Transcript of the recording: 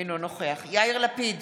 אינו נוכח יאיר לפיד,